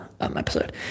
episode